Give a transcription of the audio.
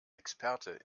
experte